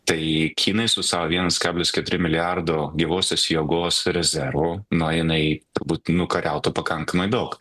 tai kinai su savo vienas kablis keturi milijardo gyvosios jėgos rezervu nu jinai turbūt nukariautų pakankamai daug